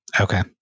Okay